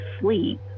sleep